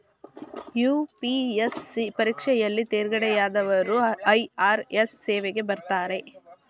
UPSC ಪರೀಕ್ಷೆಯಲ್ಲಿ ತೇರ್ಗಡೆಯಾದವರು IRS ಸೇವೆಗೆ ಬರ್ತಾರೆ